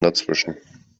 dazwischen